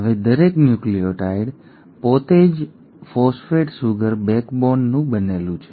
હવે દરેક ન્યુક્લિઓટાઇડ પોતે જ ફોસ્ફેટ સુગર બેકબોનનું બનેલું છે